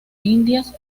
indias